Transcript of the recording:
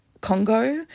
Congo